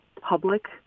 public